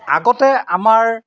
আগতে আমাৰ